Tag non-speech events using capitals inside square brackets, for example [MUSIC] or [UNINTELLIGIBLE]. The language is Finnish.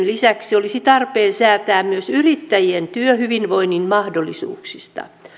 [UNINTELLIGIBLE] lisäksi olisi tarpeen säätää myös yrittäjien työhyvinvoinnin mahdollisuuksista